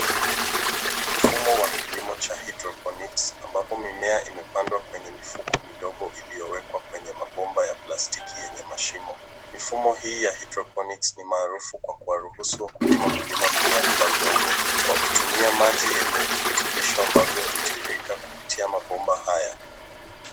Mfumo cha kilimo ya hydroponic ambapo mimea imepandwa kwenye mifugo midogo iliowekwa kwenye mapomba ya plastiki enye mashimo. Mfumo hii ya hydroponic ni maharifu kwa kuwaruhusi wakulima kulima mimea bila udongo kwa kutumia maji enye virutubisho ambavyo kutiririka kupitia mapomba haya.